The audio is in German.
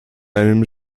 einem